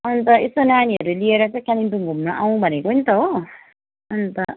अन्त यसो नानीहरू लिएर चाहिँ त्यहाँनिर घुम्नु आउँ भनेको नि त हो अन्त